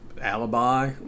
alibi